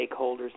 stakeholders